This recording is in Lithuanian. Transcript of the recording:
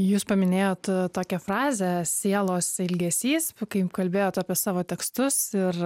jūs paminėjot tokią frazę sielos ilgesys kai kalbėjot apie savo tekstus ir